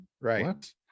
right